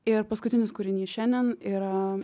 ir paskutinis kūrinys šiandien yra